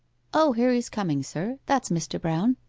o, here he is coming, sir. that's mr. brown